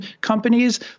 companies –